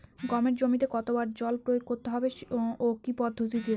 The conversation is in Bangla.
গমের জমিতে কতো বার জল প্রয়োগ করতে হবে ও কি পদ্ধতিতে?